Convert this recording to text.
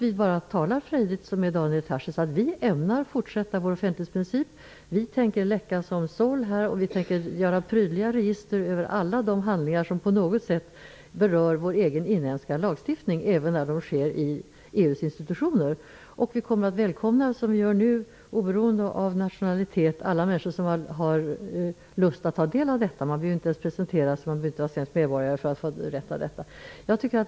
Han talar bara frejdigt om att vi ämnar fortsätta vår offentlighetsprincip, att vi tänker läcka som såll, att vi tänker göra prydliga register över alla de handlingar som på något sätt berör vår egen inhemska lagstiftning, även när de sker i EU:s institutioner, och att vi liksom nu kommer att välkomna alla människor som har lust att ta del av detta, oberoende av nationalitet. Man behöver inte ens vara svensk medborgare för att ha denna rättighet.